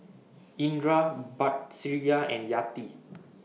Indra Batrisya and Yati